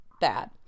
bad